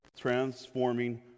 transforming